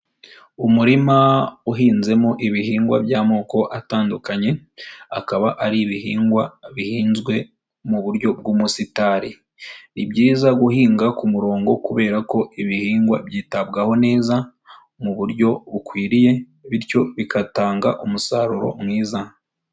Umurima uhinzemo ibihingwa by'amoko atandukanye, akaba ari ibihingwa bihinzwe mu buryo bw'umusitari, ni byiza guhinga ku kumurongo kubera ko ibihingwa byitabwaho neza mu buryo bukwiriye bityo bigatanga umusaruro mwiza.